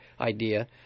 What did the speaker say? idea